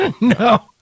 No